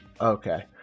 Okay